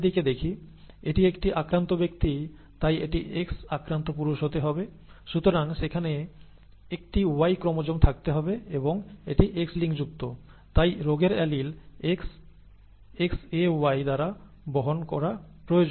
এটি একটি আক্রান্ত ব্যক্তি তাই এটি X আক্রান্ত পুরুষ হতে হবে সুতরাং সেখানে একটি Y ক্রোমোজোম থাকতে হবে এবং এটি X লিঙ্কযুক্ত তাই রোগের অ্যালিল X XaY দ্বারা বহন করা প্রয়োজন